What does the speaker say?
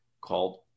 called